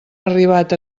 arribat